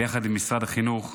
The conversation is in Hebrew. ביחד עם משרד החינוך,